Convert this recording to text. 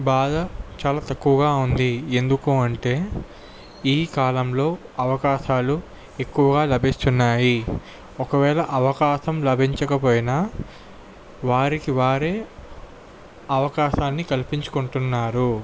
బాగా చాలా తక్కువగా ఉంది ఎందుకు అంటే ఈ కాలంలో అవకాశాలు ఎక్కువగా లభిస్తున్నాయి ఒకవేళ అవకాశం లభించకపోయినా వారికి వారే అవకాశాన్ని కల్పించుకుంటున్నారు